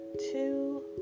two